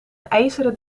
ijzeren